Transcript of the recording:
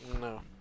No